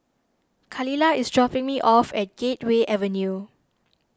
Khalilah is dropping me off at Gateway Avenue